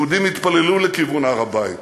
יהודים התפללו לכיוון הר-הבית